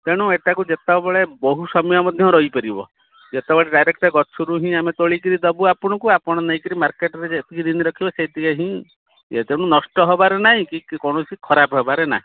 ତେଣୁ ଏଟାକୁ ଯେତେବେଳେ ବହୁ ସମୟ ମଧ୍ୟ ରହିପାରିବ ଯେତେବେଳେ ଡାଇରେକ୍ଟ ଗଛରୁ ହିଁ ଆମେ ତୋଳିକରି ଦେବୁ ଆପଣଙ୍କୁ ଆପଣ ନେଇକରି ମାର୍କେଟରେ ଯେତିକି ଦିନ ରଖିବେ ସେତିକି ହିଁ ଇଏ ତେଣୁ ନଷ୍ଟ ହେବାର ନାହିଁ କି କୌଣସି ଖରାପ ହେବାର ନାହିଁ